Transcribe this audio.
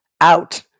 out